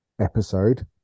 episode